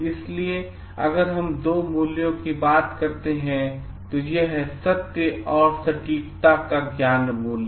इसलिए अगर हम दो मूल्यों की बात करते हैं तो यह सत्य और सटीकता का ज्ञान मूल्य है